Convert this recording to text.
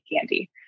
candy